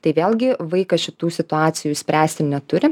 tai vėlgi vaikas šitų situacijų spręsti neturi